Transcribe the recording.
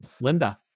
Linda